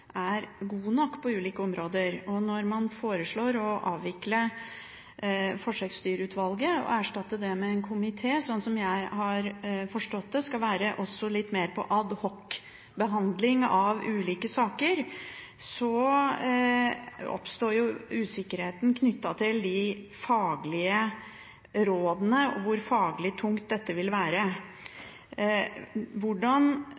er god nok på ulike områder. Når man foreslår å avvikle Forsøksdyrutvalget og erstatte det med en komité som – slik jeg har forstått det – skal drive litt mer med ad hoc-behandling av ulike saker, oppstår usikkerheten knyttet til de faglige rådene og til hvor faglig tungt dette vil være.